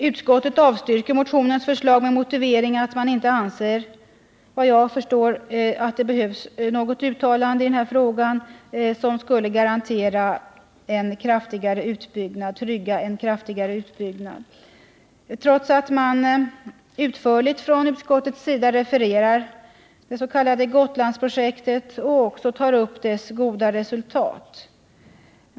Utskottet avstyrker motionens förslag med motivering — såvitt jag förstår — att man inte anser att det behövs något uttalande i denna fråga som skulle trygga en kraftigare utbyggnad. Utskottet refererar det s.k. Gotlandsprojektet och dess goda resultat.